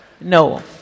No